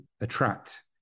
attract